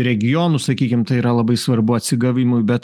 regionus sakykim tai yra labai svarbu atsigavimui bet